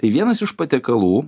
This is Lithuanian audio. tai vienas iš patiekalų